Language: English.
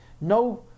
no